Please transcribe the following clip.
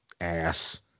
ass